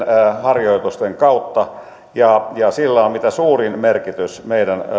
harjoitusten kautta ja ja sillä on mitä suurin merkitys meidän